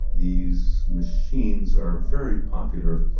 these machines are very popular.